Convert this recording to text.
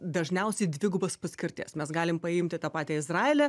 dažniausiai dvigubos paskirties mes galim paimti tą patį izraelį